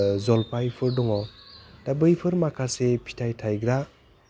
जलफाइफोर दङ दा बैफोर माखासे फिथाइ थायग्रा